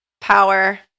power